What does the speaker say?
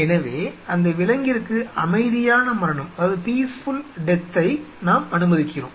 எனவே அந்த விலங்கிற்கு அமைதியான மரணத்தை நாம் அனுமதிக்கிறோம்